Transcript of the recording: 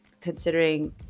considering